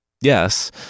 yes